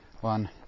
one